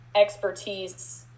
expertise